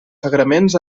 sagraments